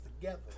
together